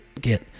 get